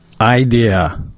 idea